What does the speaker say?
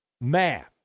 math